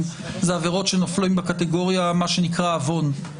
זה עבירות שנופלות בקטגוריה של מה שנקרא "עוון".